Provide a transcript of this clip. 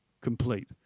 complete